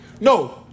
No